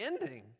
ending